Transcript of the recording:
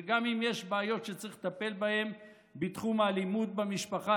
וגם אם יש בעיות שצריך לטפל בהן בתחום האלימות במשפחה,